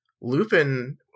Lupin